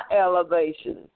elevation